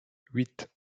huit